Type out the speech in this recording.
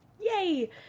Yay